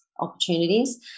opportunities